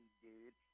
dude